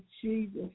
Jesus